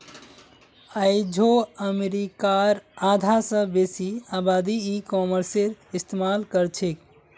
आइझो अमरीकार आधा स बेसी आबादी ई कॉमर्सेर इस्तेमाल करछेक